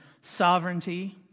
sovereignty